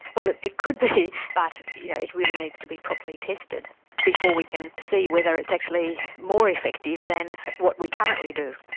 well it it could be, but you know it really needs to be properly tested before we can see whether it's actually more effective than what we currently do.